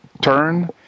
turn